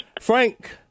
Frank